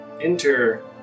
enter